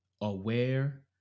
aware